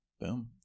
Boom